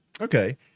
Okay